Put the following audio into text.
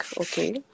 okay